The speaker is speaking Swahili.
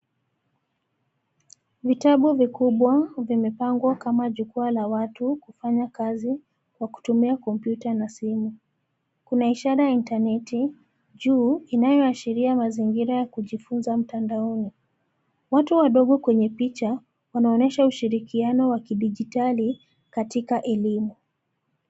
Vitabu vikubwa, vimepangwa kama jukwaa la watu kufanya kazi, kwa kutumia kompyuta na simu. Kuna ishara ya intaneti juu, inayoashiria mazingira ya kujifunza mtandaoni. Watu wadogo kwenye picha, wanaonesha ushirikiano wa kidijitali katika elimu.